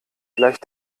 gleich